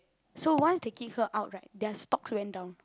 so once they kick her out right their stocks went down